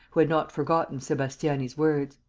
who had not forgotten sebastiani's words.